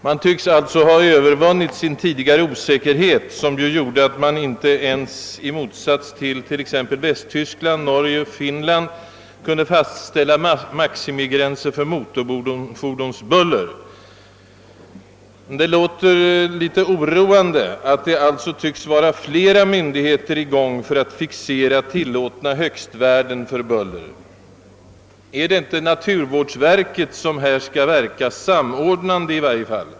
Man tycks således ha övervunnit sin tidigare osäkerhet, som gjorde att man — i motsats till exempelvis Västtyskland, Norge och Finland — inte ansåg sig kunna fastställa maximigränser för motorfordonsbuller. Det låter emellertid litet oroande att flera myndigheter tycks vara inkopplade på att fixera tillåtna högstvärden för buller. Är det inte naturvårdsverket som därvidlag i varje fall skall verka samordnande?